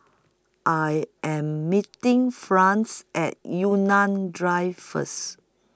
I Am meeting France At Yunnan Drive First